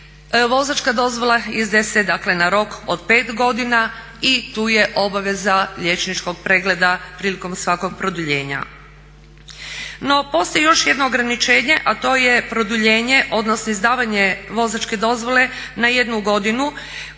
vozačka dozvola izdaje se dakle na rok od 5 godina i tu je obaveza liječničkog pregleda prilikom svakog produljenja. No postoji još jedno ograničenje, a to je produljenje odnosno izdavanje vozačke dozvole na 1 godinu